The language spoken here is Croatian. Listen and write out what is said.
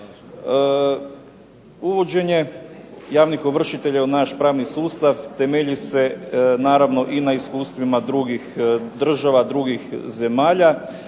Uvođenje javnih ovršitelja u naš pravni sustav temelji se naravno i na iskustvima drugih država, drugih zemalja